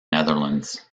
netherlands